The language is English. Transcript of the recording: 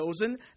chosen